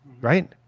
right